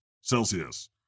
celsius